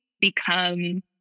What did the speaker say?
become